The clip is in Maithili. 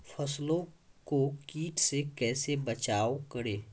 फसलों को कीट से कैसे बचाव करें?